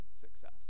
success